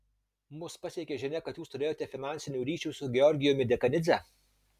mus pasiekė žinia kad jūs turėjote finansinių ryšių su georgijumi dekanidze